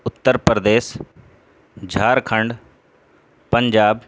Uttar Pradesh Jharkhand Punjab